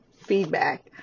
feedback